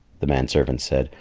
the man-servant said,